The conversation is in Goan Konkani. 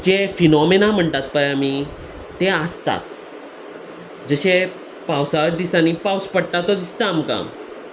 जे फिनोमिना म्हणटात पळय आमी ते आसताच जशे पावसाळ दिसांनी पावस पडटा तो दिसता आमकां